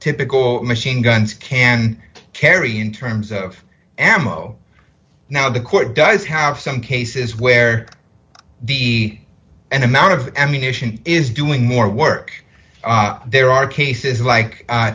typical machine guns can carry in terms of ammo now the court does have some cases where an amount of ammunition is doing more work there are cases like